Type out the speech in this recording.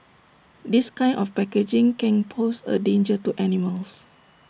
this kind of packaging can pose A danger to animals